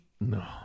No